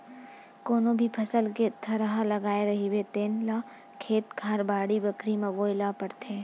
कोनो भी फसल के थरहा लगाए रहिबे तेन ल खेत खार, बाड़ी बखरी म बोए ल परथे